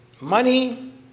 money